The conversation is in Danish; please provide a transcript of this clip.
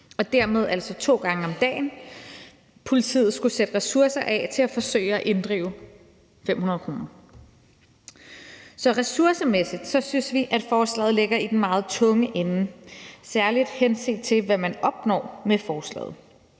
og dermed altså to gange om dagen, politiet skulle sætte ressourcer af til at forsøge at inddrive 500 kr. Så ressourcemæssigt synes vi at forslaget ligger i den meget tunge ende, særlig henset til hvad man opnår med forslaget,